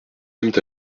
aiment